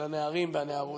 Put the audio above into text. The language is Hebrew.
של הנערים והנערות,